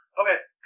Okay